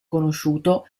conosciuto